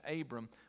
Abram